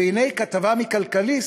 והנה כתבה מ"כלכליסט",